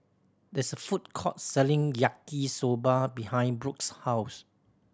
this a food court selling Yaki Soba behind Brooks' house